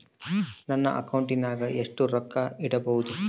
ನನ್ನ ಅಕೌಂಟಿನಾಗ ಎಷ್ಟು ರೊಕ್ಕ ಇಡಬಹುದು?